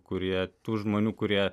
kurie tų žmonių kurie